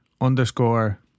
underscore